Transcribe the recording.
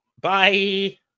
Bye